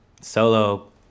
solo